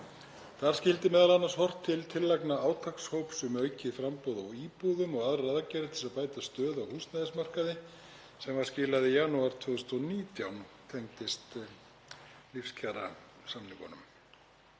Þar skyldi m.a. horft til tillagna átakshóps um aukið framboð á íbúðum og aðrar aðgerðir til þess að bæta stöðu á húsnæðismarkaði sem var skilað í janúar 2019, tengdist lífskjarasamningunum.